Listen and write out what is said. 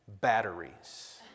batteries